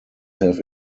have